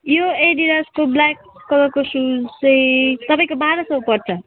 यो एडिडासको ब्ल्याक कलरको सुज चाहिँ तपाईँको बाह्र सौ पर्छ